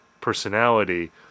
personality